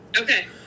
Okay